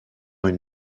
une